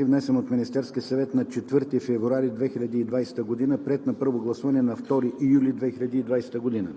внесен от Министерския съвет на 4 февруари 2020 г., приет на първо гласуване на 2 юли 2020 г.“